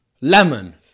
Lemon